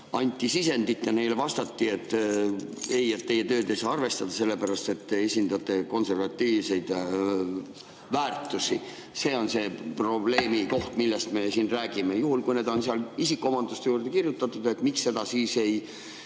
anti sisendit ja vastati, et ei, teie tööd ei saa arvestada, sellepärast et te esindate konservatiivseid väärtusi. See on see probleemikoht, millest me siin räägime. Juhul, kui need on isikuomaduste juurde kirjutatud, miks neid siis lahti